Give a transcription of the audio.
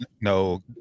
No